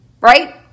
Right